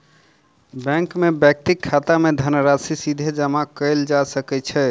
bank मे व्यक्तिक खाता मे धनराशि सीधे जमा कयल जा सकै छै